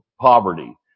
poverty